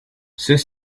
ceux